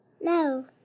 No